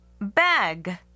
Bag